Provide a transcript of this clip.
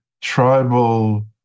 tribal